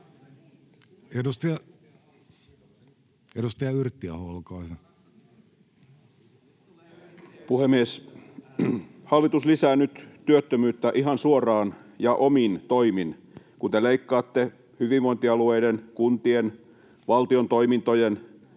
Edustaja Yrttiaho, olkaa hyvä. Puhemies! Hallitus lisää nyt työttömyyttä ihan suoraan ja omin toimin, kun te leikkaatte hyvinvointialueiden, kuntien, valtion toimintojen